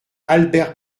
albert